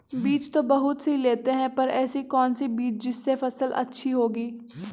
बीज तो बहुत सी लेते हैं पर ऐसी कौन सी बिज जिससे फसल अच्छी होगी?